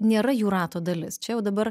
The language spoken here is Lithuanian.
nėra jų rato dalis čia jau dabar